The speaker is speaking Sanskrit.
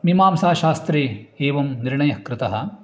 मीमांसाशास्त्रे एवं निर्णयः कृतः